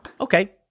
Okay